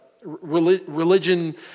religion